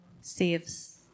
saves